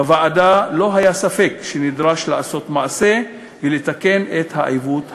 בוועדה לא היה ספק שנדרש לעשות מעשה ולתקן את העיוות הקיים.